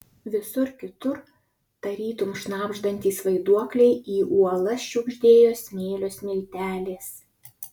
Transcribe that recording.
visur kitur tarytum šnabždantys vaiduokliai į uolas šiugždėjo smėlio smiltelės